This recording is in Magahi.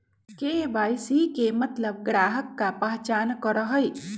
के.वाई.सी के मतलब ग्राहक का पहचान करहई?